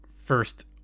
first